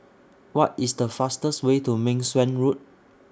What IS The fastest Way to Meng Suan Road